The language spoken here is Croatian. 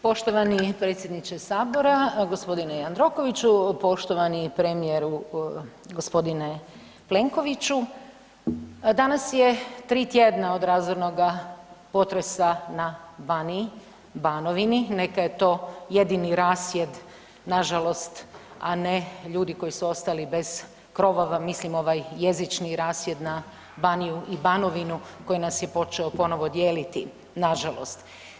Poštovani predsjedniče sabora gospodine Jandrokoviću, poštovani premijeru gospodine Plenkoviću danas je 3 tjedna od razornoga potresa na Baniji, Banovini, neka je to jedini rasjed nažalost, a ne ljudi koji su ostali bez krovova, mislim ovaj jezični rasjed na Baniju i Banovinu koji nas je počeo ponovo dijeliti, nažalost.